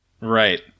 Right